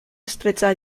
estrecha